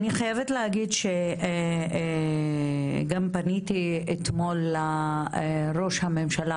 אני חייבת להגיד שגם פניתי אתמול לראש הממשלה.